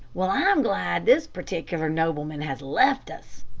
well, i'm glad this particular nobleman has left us,